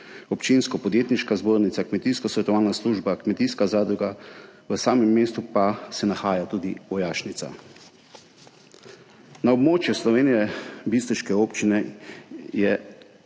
Obrtno-podjetniške zbornice, kmetijskosvetovalne službe, kmetijske zadruge, v samem mestu pa se nahaja tudi vojašnica. Na območju slovenjebistriške občine je